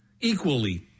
equally